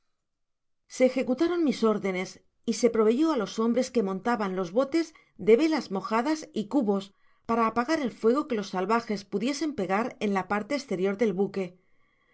se ejecutaron mis órdenes y se proveyó á los hombres que montaban los botes de velas mojadas y cubos para apagar el fuego que los salvajes pudiesen pegar en la parte esterior del buque